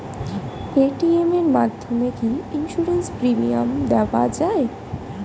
Paytm এর মাধ্যমে কি ইন্সুরেন্স প্রিমিয়াম দেওয়া যায়?